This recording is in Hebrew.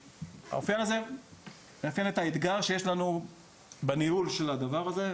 האופיין הזה נותן את האתגר שיש לנו בניהול של הדבר הזה,